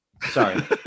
Sorry